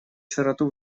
широту